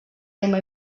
tema